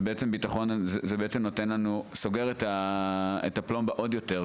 בעצם, זה סוגר את הפלומבה עוד יותר.